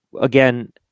again